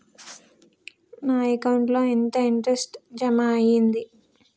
నా అకౌంట్ ల ఎంత ఇంట్రెస్ట్ జమ అయ్యింది?